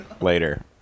later